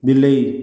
ବିଲେଇ